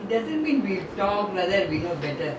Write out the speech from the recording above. then my my father ah you don't